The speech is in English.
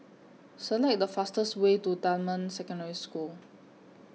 Select The fastest Way to Dunman Secondary School